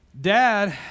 Dad